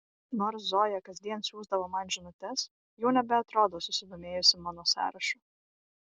nors zoja kasdien siųsdavo man žinutes jau nebeatrodo susidomėjusi mano sąrašu